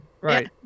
Right